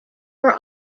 were